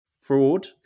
fraud